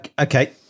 Okay